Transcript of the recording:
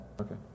Okay